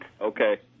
Okay